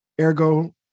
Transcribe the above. Ergo